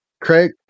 Craig